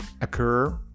occur